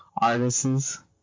artists